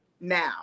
now